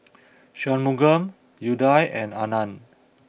Shunmugam Udai and Anand